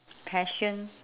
passion